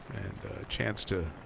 a chance to